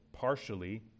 partially